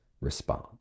respond